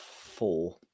four